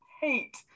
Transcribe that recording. hate